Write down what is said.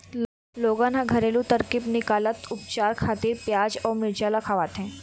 लोगन ह घरेलू तरकीब निकालत उपचार खातिर पियाज अउ मिरचा ल खवाथे